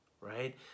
right